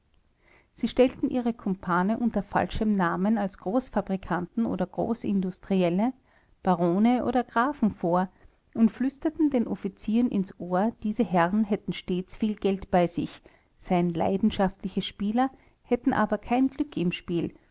sie stellen ihre kumpane unter falschem namen als großfabrikanten oder großindustrielle barone oder grafen vor und flüsterten den offizieren ins ohr diese herren hätten stets viel geld bei sich seien leidenschaftliche spieler hätten aber kein glück im spiel